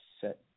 set